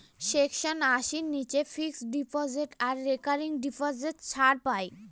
section আশির নীচে fixed deposit আর রেকারিং ডিপোজিট ছাড় পাই